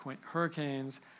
hurricanes